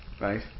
right